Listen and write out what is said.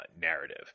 narrative